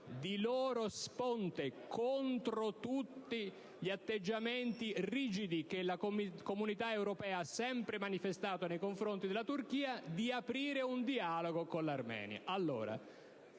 di loro iniziativa, contro tutti gli atteggiamenti rigidi che la Comunità europea ha sempre manifestato nei confronti della Turchia, di aprire un dialogo con l'Armenia.